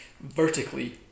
vertically